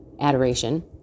adoration